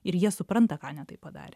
ir jie supranta ką ne taip padarė